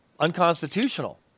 unconstitutional